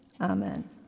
Amen